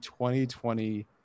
2020